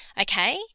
okay